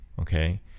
okay